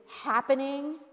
happening